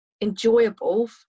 enjoyable